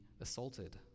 assaulted